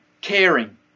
Caring